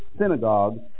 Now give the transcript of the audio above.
synagogue